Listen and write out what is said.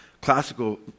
classical